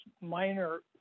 minor